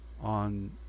on